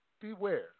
Beware